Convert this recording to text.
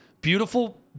Beautiful